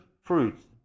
fruits